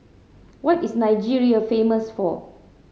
what is Nigeria famous for